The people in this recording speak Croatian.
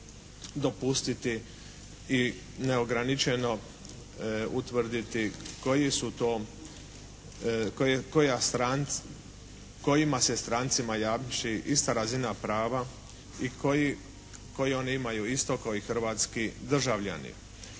dopustiti i neograničeno utvrditi koje su to, kojima se strancima jamči ista razina prava i koje oni imaju isto kao i hrvatski državljani.